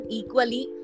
equally